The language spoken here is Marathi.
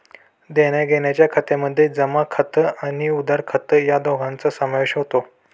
देण्याघेण्याच्या खात्यामध्ये जमा खात व उधार खात या दोघांचा समावेश होतो